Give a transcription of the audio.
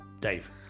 Dave